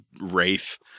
wraith